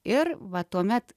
ir va tuomet